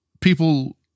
People